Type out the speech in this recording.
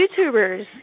YouTubers